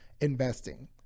investing